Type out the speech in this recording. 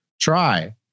try